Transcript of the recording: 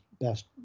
best